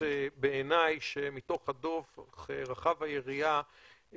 שעולות בעיניי מתוך הדוח רחב היריעה,